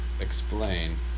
Explain